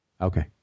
Okay